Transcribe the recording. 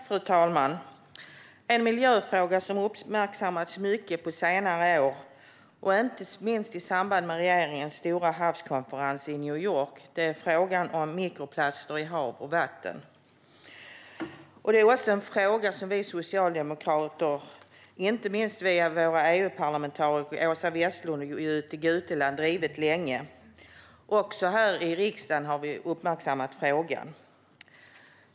Fru talman! En miljöfråga som har uppmärksammats mycket på senare år, inte minst i samband med regeringens stora havskonferens i New York, är frågan om mikroplaster i hav och vatten. Det är också en fråga som vi socialdemokrater, inte minst via våra EU-parlamentariker Åsa Westlund och Jytte Guteland, har drivit länge. Också här i riksdagen har vi uppmärksammat frågan.